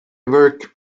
work